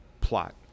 plot